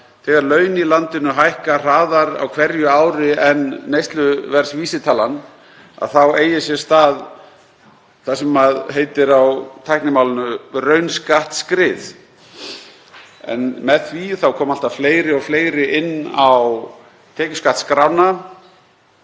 þegar laun í landinu hækka hraðar á hverju ári en neysluverðsvísitalan þá eigi sér stað það sem heitir á tæknimálinu raunskattaskrið. En með því koma alltaf fleiri og fleiri inn á tekjuskattsskrána